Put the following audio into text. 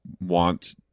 want